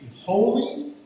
holy